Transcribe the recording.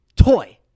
Toy